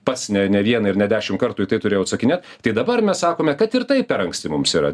pats ne ne vieną ir ne dešim kartų į į tai turėjau atsakinėt tai dabar mes sakome kad ir tai per anksti mums yra